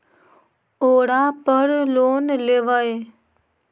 ओरापर लोन लेवै?